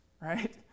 right